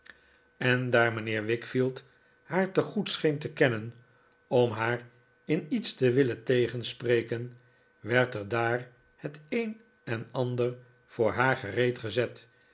haar zich mijnheer wickfield haar te goed scheen te kennen om haar in iets te willen tegenspreken werd er daar het een en ander voor haar gereed gezet